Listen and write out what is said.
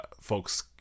folks